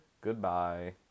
goodbye